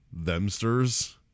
themsters